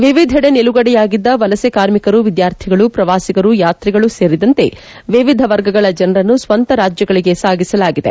ವಿವಿಧೆಡೆ ನಿಲುಗಡೆಯಾಗಿದ್ದ ವಲಸೆ ಕಾರ್ಮಿಕರು ವಿದ್ಯಾರ್ಥಿಗಳು ಪ್ರವಾಸಿಗರು ಯಾತ್ರಿಗಳು ಸೇರಿದಂತೆ ವಿವಿಧ ವರ್ಗಗಳ ಜನರನ್ನು ಸ್ವಂತ ರಾಜ್ಗಳಗೆ ಸಾಗಿಸಲಾಗಿದೆ